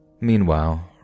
Meanwhile